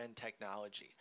technology